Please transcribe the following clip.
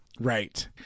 Right